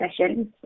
sessions